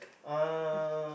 uh